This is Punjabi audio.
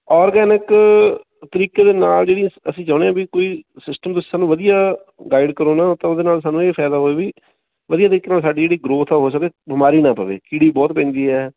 ਔਰਗੈਨਿਕ ਤਰੀਕੇ ਦੇ ਨਾਲ ਜਿਹੜੀ ਅਸ ਅਸੀਂ ਚਾਹੁੰਦੇ ਹਾਂ ਵੀ ਕੋਈ ਸਿਸਟਮ ਤੁਸੀਂ ਸਾਨੂੰ ਵਧੀਆ ਗਾਈਡ ਕਰੋ ਨਾ ਤਾਂ ਉਹਦੇ ਨਾਲ ਸਾਨੂੰ ਇਹ ਫ਼ਾਇਦਾ ਹੋਵੇ ਵੀ ਵਧੀਆ ਤਰੀਕੇ ਨਾਲ ਸਾਡੀ ਜਿਹੜੀ ਗਰੋਥ ਹੋ ਸਕੇ ਬਿਮਾਰੀ ਨਾ ਪਵੇ ਕੀੜੀ ਬਹੁਤ ਪੈਂਦੀ ਹੈ